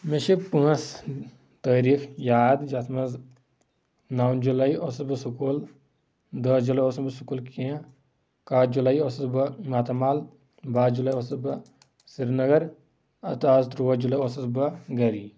مےٚ چھِ پانژھ تٲریٖخ یاد یتھ منٛز نو جُلے اوسُس بہٕ سکول دہہ جُلے اوسس نہٕ بہٕ سکلول کینٛہہ کاہہ جُلے اوسُس بہٕ ماتامال باہہ جُلے اوسُس بہٕ سرنگر اتہٕ آز ترٛوہ جُلے اوسُس بہٕ گری